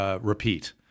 repeat